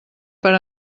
per